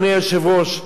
אדוני היושב-ראש,